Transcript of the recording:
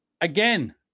Again